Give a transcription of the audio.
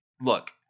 look